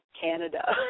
Canada